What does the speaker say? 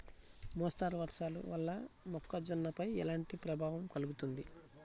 మోస్తరు వర్షాలు వల్ల మొక్కజొన్నపై ఎలాంటి ప్రభావం కలుగుతుంది?